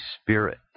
Spirit